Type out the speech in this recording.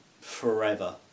forever